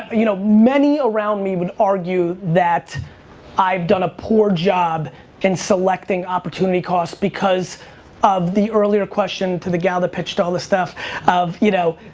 you know, many around me would argue that i've done a poor job in selecting opportunity cost because of the earlier question to the gal that pitched all the stuff of you know,